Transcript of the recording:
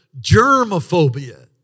germophobia